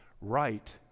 Right